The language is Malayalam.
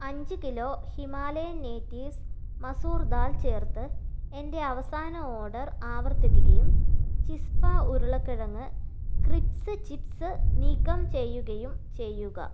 അഞ്ച് kilo Himalayan natives masoor dal ചേർത്ത് എന്റെ അവസാന ഓർഡർ ആവർത്തിക്കുകയും ചിസ്പ ഉരുളക്കിഴങ്ങ് ക്രിപ്സ് ചിപ്സ് നീക്കം ചെയ്യുകയും ചെയ്യുക